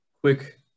quick